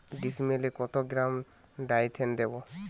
ডিস্মেলে কত গ্রাম ডাইথেন দেবো?